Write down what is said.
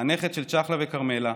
הנכד של צ'חלה וכרמלה,